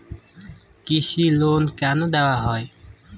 কৃষি লোন কেন দেওয়া হয়?